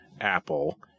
apple